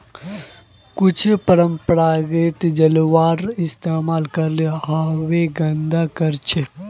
कुछू पारंपरिक जलावन इस्तेमाल करले आबोहवाक गंदा करछेक